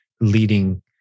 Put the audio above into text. leading